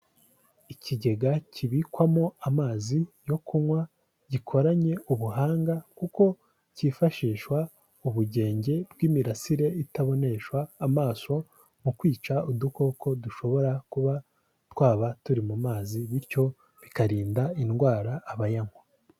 Ikigega kibikwamo amazi yo kunywa gikoranye ubuhanga, kuko cyifashishwa ubugenge bw'imirasire itaboneshwa amaso mu kwica udukoko dushobora kuba twaba turi mu mazi, bityo bikarinda indwara abayanywa.